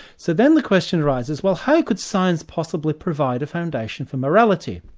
so then the question arises, well how could science possibly provide a foundation for morality?